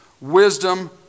wisdom